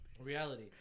Reality